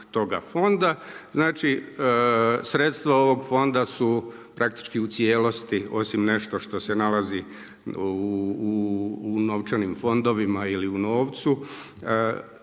toga fonda. Znači sredstva ovog fonda su praktički u cijelosti osim nešto što se nalazi u novčanim fondovima ili u novcu.